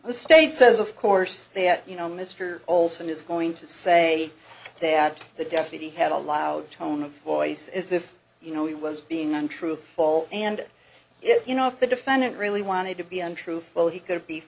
the state says of course that you know mr olson is going to say that the deputy had a loud tone of voice as if you know he was being untruthful and it you know if the defendant really wanted to be untruthful he could have beef